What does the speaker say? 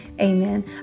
Amen